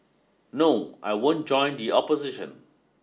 no I won't join the opposition